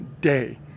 day